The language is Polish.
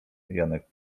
janek